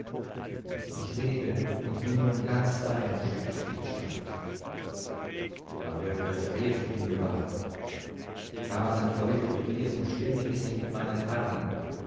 ich lebe und bin nun ganz dein spricht die gestalt da wird der frevel in mir wach rasend vor wilder begier umschlinge ich sie mit meinen armen